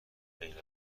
عینک